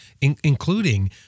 including